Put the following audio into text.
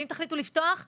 ואם תחליטו לפתוח -- לא,